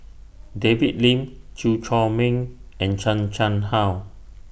David Lim Chew Chor Meng and Chan Chang How